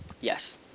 yes